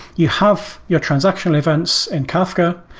you have your transactional events in kafka.